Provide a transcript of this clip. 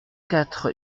quatre